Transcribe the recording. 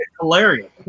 hilarious